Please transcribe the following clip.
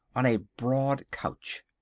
on a broad couch.